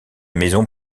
maison